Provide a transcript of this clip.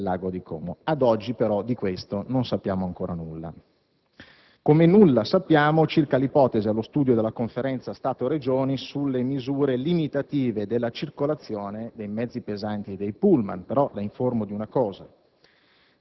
del lago di Como. Ad oggi, però, di questo non sappiamo nulla, come nulla sappiamo circa l'ipotesi, allo studio della Conferenza Stato‑Regioni, di misure limitative della circolazione dei mezzi pesanti e dei pullman. Ciò nonostante, la